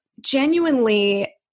genuinely